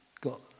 got